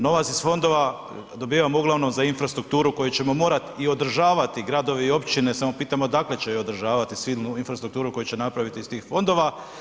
Novac iz fondova dobivamo uglavnom za infrastrukturu koju ćemo morati i održavati, gradovi i općine, samo pitamo odakle će ju održavati tu silnu infrastrukturu koju će napraviti iz tih fondova.